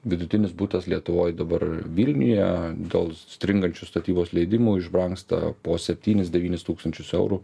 vidutinis butas lietuvoj dabar vilniuje dėl stringančių statybos leidimų išbrangsta po septynis devynis tūkstančius eurų